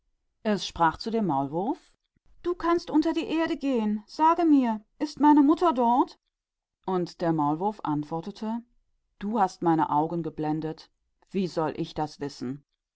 es sagte zum maulwurf du kannst unter die erde gehen sage mir ist meine mutter dort und der maulwurf antwortete du hast meine augen blind gemacht wie sollte ich es wissen